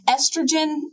estrogen